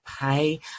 pay